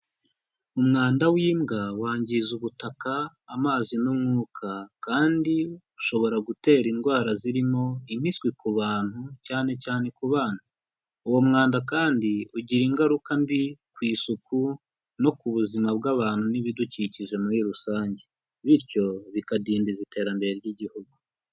Umwanda w'imbwa wangiza ubutaka, amazi n'umwuka, kandi ushobora gutera indwara zirimo impiswi ku bantu, cyane cyane ku bana. Uwo mwanda kandi ugira ingaruka mbi ku isuku no ku buzima bw'abantu n'ibidukikije muri rusange, bityo bikadindiza iterambere ry'igihugu.